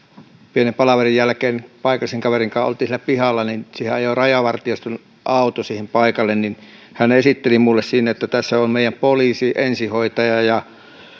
pienen palaverin jälkeen paikallisen kaverin kanssa oltiin siinä pihalla niin siihen paikalle ajoi rajavartioston auto hän esitteli minulle siinä että tässä on meidän poliisi ensihoitaja ja